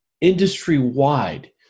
Industry-wide